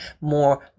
more